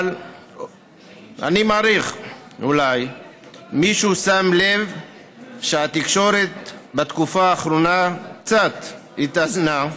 אבל אני מעריך אולי שמישהו שם לב שהתקשורת בתקופה האחרונה קצת התאזנה,